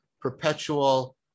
perpetual